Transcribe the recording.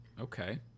okay